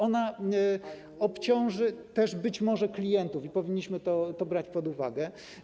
Ona obciąży też być może klientów i powinniśmy to brać pod uwagę.